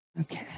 Okay